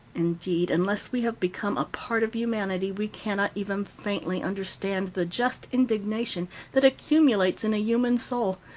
indeed, unless we have become a part of humanity, we cannot even faintly understand the just indignation that accumulates in a human soul,